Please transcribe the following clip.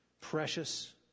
precious